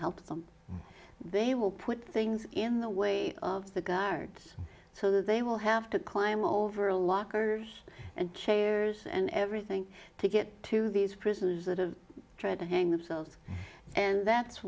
help them they will put things in the way of the guards so that they will have to climb over a lockers and chairs and everything to get to these prisoners that have tried to hang themselves and that's